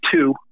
two